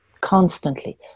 constantly